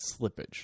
slippage